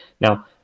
Now